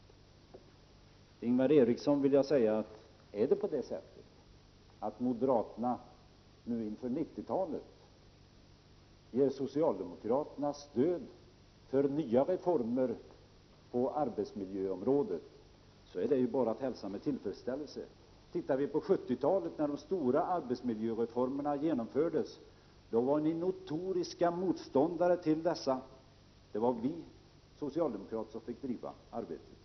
Till Ingvar Eriksson vill jag säga: Om moderaterna nu inför 90-talet ger socialdemokraterna stöd för nya reformer på arbetsmiljöområdet, är detta bara att hälsa med tillfredsställelse. Men på 70-talet, när de stora arbetsmiljöreformerna genomfördes, var ni notoriska motståndare till de reformerna. Det var vi socialdemokrater som fick driva arbetet då.